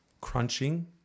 crunching